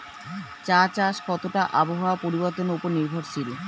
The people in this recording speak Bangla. চা চাষ কতটা আবহাওয়ার পরিবর্তন উপর নির্ভরশীল?